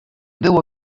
było